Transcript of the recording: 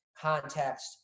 context